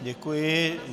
Děkuji.